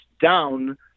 down